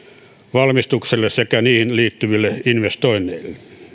valmistukselle sekä niihin liittyville investoinneille